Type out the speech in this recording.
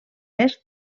est